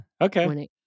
Okay